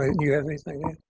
you have anything